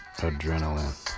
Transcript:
Adrenaline